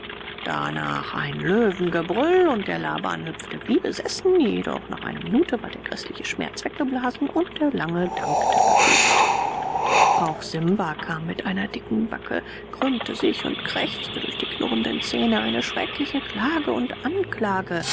danach ein löwengebrüll und der laban hüpfte wie besessen jedoch nach einer minute war der gräßliche schmerz weggeblasen und der lange dankte bewegt auch simba kam mit einer dicken backe krümmte sich und krächzte durch die knurrenden zähne eine schreckliche klage und anklage